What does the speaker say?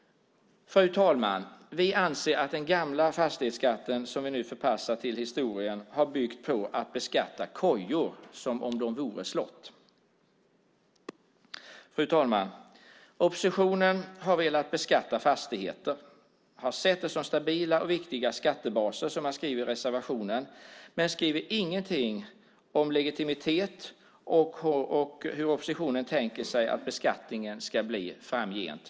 Fru talman! Vi anser att den gamla fastighetsskatten, som vi nu förpassar till historien, har byggt på att beskatta kojor som om de vore slott. Fru talman! Oppositionen har velat beskatta fastigheter. Man har sett dem som stabila och viktiga skattebaser, som man skriver i reservationen. Men man skriver ingenting om legitimitet och hur oppositionen tänker sig att beskattningen ska bli framgent.